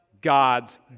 God's